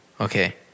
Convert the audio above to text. Okay